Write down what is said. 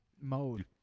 mode